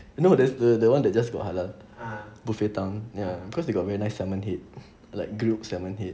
you know there's the the one that just got halal buffet town ya cause they got very nice salmon head like grilled salmon head